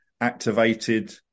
activated